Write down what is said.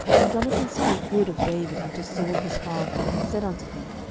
and jonathan spake good of david unto saul his father, and said unto him,